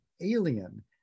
alien